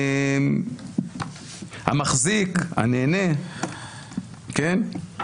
המחזיק, הנהנה, כן?